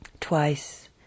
twice